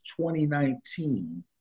2019